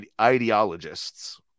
ideologists